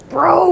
Bro